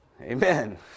Amen